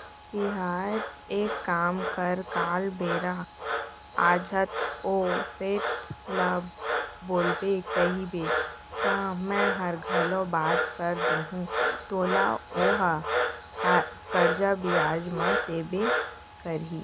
तैंहर एक काम कर काल बेरा आछत ओ सेठ ल बोलबे कइबे त मैंहर घलौ बात कर दूहूं तोला ओहा करजा बियाज म देबे करही